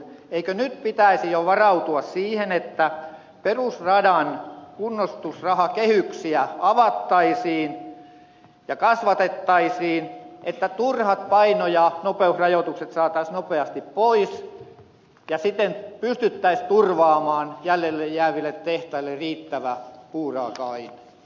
eikö nyt pitäisi jo varautua siihen että perusradan kunnostusrahakehyksiä avattaisiin ja kasvatettaisiin niin että turhat paino ja nopeusrajoitukset saataisiin nopeasti pois ja siten pystyttäisiin turvaamaan jäljelle jääville tehtaille riittävä puuraaka aine